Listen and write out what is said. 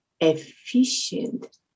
efficient